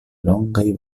longaj